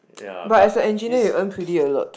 but as a engineer you earn pretty a lot